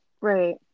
Right